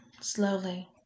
slowly